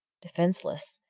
defenceless,